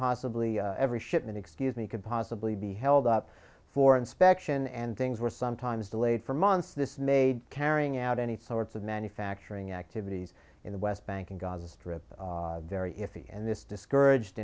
possibly every shipment excuse me could possibly be held up for inspection and things were sometimes delayed for months this made carrying out any sorts of manufacturing activities in the west bank and gaza strip very iffy and this discouraged